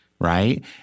right